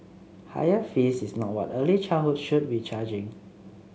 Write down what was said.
higher fees is not what early childhood should be charging